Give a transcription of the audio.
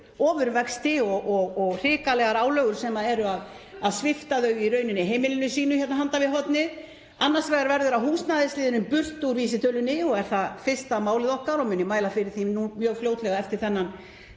ofurvexti og hrikalegar álögur sem er að svipta þau heimilinu sínu hérna handan við hornið. Annars vegar verður það húsnæðisliðurinn burt úr vísitölunni og er það fyrsta málið okkar og mun ég mæla fyrir því mjög fljótlega eftir þennan